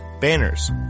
banners